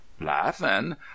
laughing